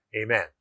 Amen